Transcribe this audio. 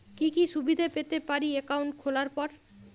কি কি সুবিধে পেতে পারি একাউন্ট খোলার পর?